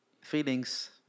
feelings